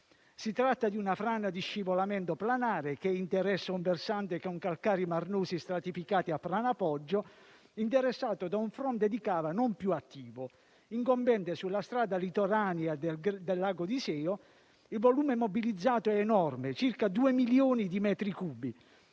Si tratta di una frana di scivolamento planare che interessa un versante con calcari marnosi stratificati a franapoggio, interessato da un fronte di cava non più attivo, incombente sulla strada litoranea del lago d'Iseo. Il volume mobilizzato è enorme, pari a circa due milioni di metri cubi.